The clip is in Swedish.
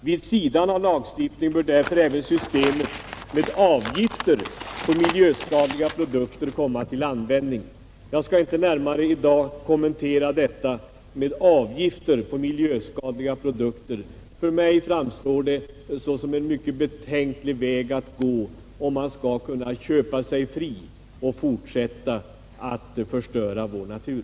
Vid sidan av lagstiftning bör därför även systemet med avgifter på miljöskadliga produkter komma till användning.” Jag skall i dag inte närmare kommentera detta med ”avgifter på miljöskadliga produkter”. För mig framstår det som en mycket betänklig väg att gå om man skall kunna köpa sig fri och fortsätta att förstöra vår natur.